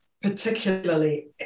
particularly